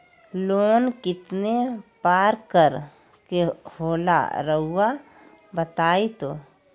Loan कितने पारकर के होला रऊआ बताई तो?